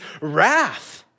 wrath